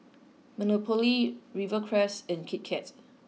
Monopoly Rivercrest and Kit Kat